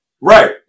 Right